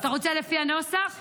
אתה רוצה לפי הנוסח?